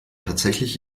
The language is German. tatsächlich